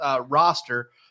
roster